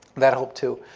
that helped too.